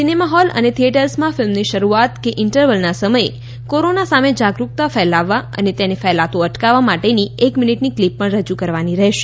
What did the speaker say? cinema hall અને theatres ફિલ્મની શરૂઆત કે ઇન્ટરવલના સમયે કોરોના સામે જાગરૂકતા ફેલાવવા અને તેને ફેલાતો અટકાવવા માટેની એક મિનીટની કલીપ પણ રજૂ કરવાની રહેશે